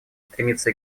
стремится